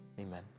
Amen